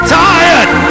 tired